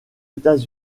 états